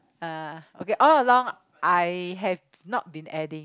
uh okay all along I have not been adding